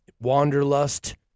wanderlust